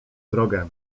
drogę